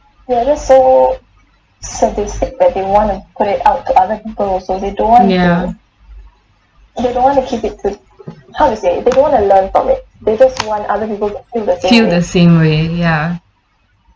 ya feel the same way ya